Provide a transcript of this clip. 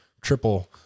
triple